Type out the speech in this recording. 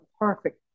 perfect